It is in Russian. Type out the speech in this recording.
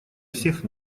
всех